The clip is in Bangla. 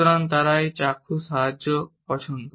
সুতরাং তারা একটি চাক্ষুষ সাহায্য পছন্দ